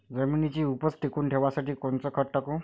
जमिनीची उपज टिकून ठेवासाठी कोनचं खत टाकू?